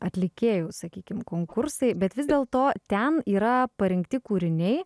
atlikėjų sakykim konkursai bet vis dėl to ten yra parinkti kūriniai